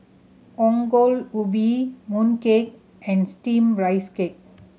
Ongol Ubi mooncake and Steamed Rice Cake